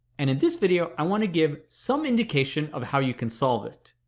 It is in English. and in this video, i want to give some indication of how you can solve it.